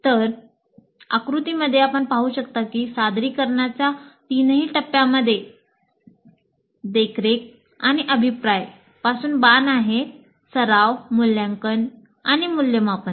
तर आकृतीमध्ये आपण पाहू शकता की सादरीकरणाच्या तीनही टप्प्यांमध्ये देखरेख आणि अभिप्राय पासून बाण आहेत सराव मूल्यांकन आणि मूल्यमापन